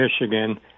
Michigan –